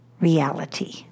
reality